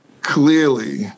clearly